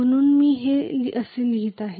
म्हणून मी हे असे लिहित आहे